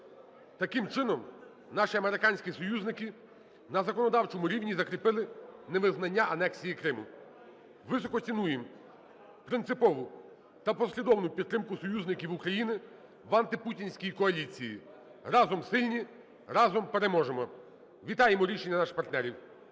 Таким чином, наші американські союзники на законодавчому рівні закріпили невизнання анексії Криму. Високо цінуємо принципову та послідовну підтримку союзників України в антипутінській коаліції. Разом сильні, разом переможемо! Вітаємо рішення наших партнерів.